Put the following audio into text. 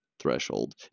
threshold